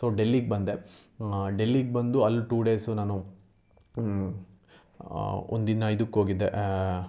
so ಡೆಲ್ಲಿಗೆ ಬಂದೆ ಡೆಲ್ಲಿಗೆ ಬಂದು ಅಲ್ಲಿ ಟೂ ಡೇಸು ನಾನು ಒಂದಿನ ಇದಕ್ಕೋಗಿದ್ದೆ